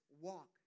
walk